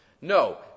No